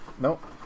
Nope